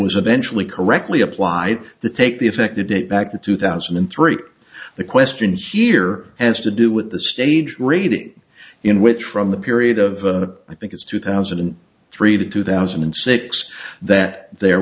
was eventually correctly applied to take the effective date back to two thousand and three the question here has to do with the stage raid in which from the period of i think it's two thousand and three to two thousand and six that there